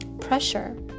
pressure